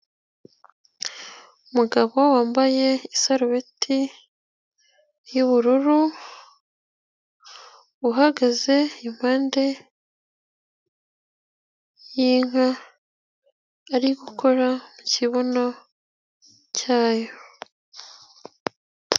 Umugabo wambaye isarubeti y'ubururu, uhagaze impande y'inka, ari gukora mu kibuno cyayo.